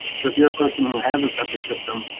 so if you're a person who has a septic system,